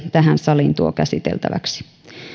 tähän saliin tuo käsiteltäväksi